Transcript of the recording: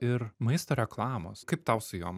ir maisto reklamos kaip tau su jom